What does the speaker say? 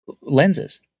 lenses